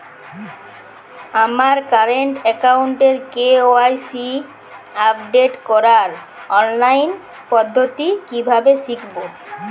আমার কারেন্ট অ্যাকাউন্টের KYC update করার অনলাইন পদ্ধতি কীভাবে শিখব?